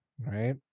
right